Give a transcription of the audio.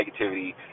negativity